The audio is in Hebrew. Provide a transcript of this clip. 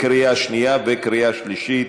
לקריאה שנייה וקריאה שלישית.